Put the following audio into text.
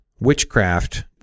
Witchcraft